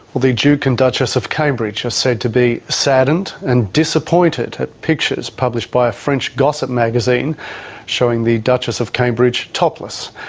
well, the duke and duchess of cambridge are said to be saddened and disappointed at pictures published by a french gossip magazine showing the duchess of cambridge topless.